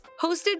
Hosted